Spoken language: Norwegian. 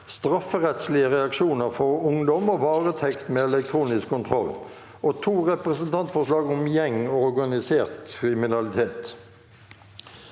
(strafferettslige reaksjoner for ungdom og varetekt med elektronisk kontroll) og to representantforslag om gjeng- og organisert kriminalitet